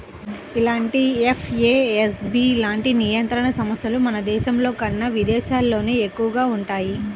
ఇలాంటి ఎఫ్ఏఎస్బి లాంటి నియంత్రణ సంస్థలు మన దేశంలోకన్నా విదేశాల్లోనే ఎక్కువగా వుంటయ్యి